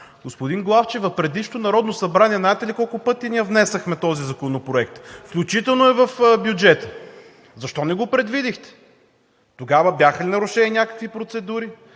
Господин Главчев, а в предишното Народно събрание знаете ли колко пъти внесохме този законопроект, включително и в бюджета? Защо не го предвидихте? Тогава бяха ли нарушени някакви процедури?